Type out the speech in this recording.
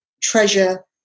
treasure